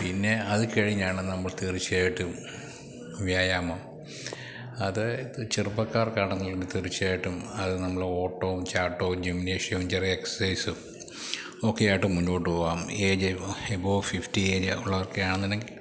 പിന്നെ അത് കഴിഞ്ഞാണ് നമ്മൾ തീർച്ചയായിട്ടും വ്യായാമം അത് ചെറുപ്പക്കാർക്കാണെങ്കിൽ തീർച്ചയായിട്ടും അത് നമ്മള് ഓട്ടവും ചാട്ടവും ജിംനേഷ്യവും ചെറിയ എക്സസൈസും ഒക്കെയായിട്ട് മുന്നോട്ടുപോകാം ഏജ് എബവ് ഫിഫ്റ്റി ഒക്കെ ഉള്ളവരൊക്കെയാണെന്നുണ്ടെങ്കിൽ